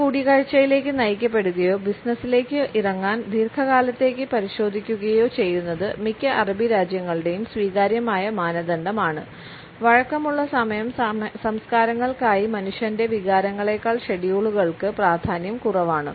ഒരു കൂടിക്കാഴ്ചയിലേക്ക് നയിക്കപ്പെടുകയോ ബിസിനസ്സിലേക്ക് ഇറങ്ങാൻ ദീർഘകാലത്തേക്ക് പരിശോധിക്കുകയോ ചെയ്യുന്നത് മിക്ക അറബി രാജ്യങ്ങളുടെയും സ്വീകാര്യമായ മാനദണ്ഡമാണ് വഴക്കമുള്ള സമയ സംസ്കാരങ്ങൾക്കായി മനുഷ്യന്റെ വികാരങ്ങളേക്കാൾ ഷെഡ്യൂളുകൾക്ക് പ്രാധാന്യം കുറവാണ്